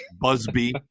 Busby